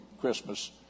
christmas